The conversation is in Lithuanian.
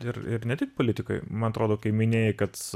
ir ir ne tik politikoj man atrodo kai minėjai kad